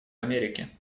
америки